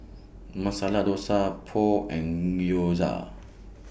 Masala Dosa Pho and Gyoza